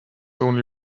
only